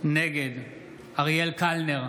נגד אריאל קלנר,